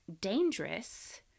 dangerous